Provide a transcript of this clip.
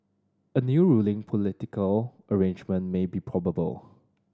a new ruling political arrangement may be probable